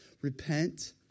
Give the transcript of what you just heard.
Repent